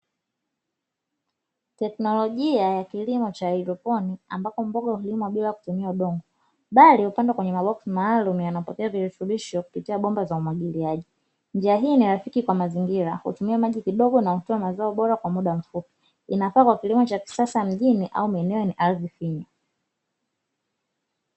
Tekinolojia na kilimo cha haidroponiki cha kulima bila kutumia udongo. Bali upandwa kwenye maboksi maalumu yanapokea virutubosho kupitia bomba maarumu, kwa bomba za umwagiliaji njia hii ni rafiki kwa mazingira hutumia maji kidogo hutoa mazao bora kwa mda mfupi, inafaa kwa kilimo cha kisasa mjini au maeneo yenye ardhi finyu.